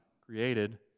created